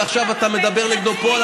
ועכשיו אתה מדבר נגדו פה,